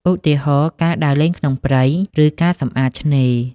ឧទាហរណ៍ ការដើរលេងក្នុងព្រៃ ឬការសម្អាតឆ្នេរ។